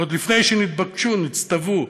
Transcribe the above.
עוד לפני שנתבקשו או נצטוו,